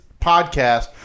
podcast